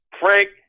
Frank